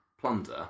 plunder